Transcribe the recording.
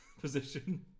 position